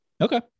Okay